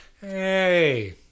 Hey